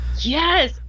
Yes